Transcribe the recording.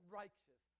righteous